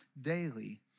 daily